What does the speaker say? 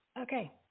okay